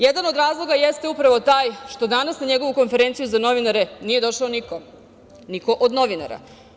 Jedan od razloga jeste upravo taj što danas na njegovu konferenciju za novinare nije došao niko, niko od novinara.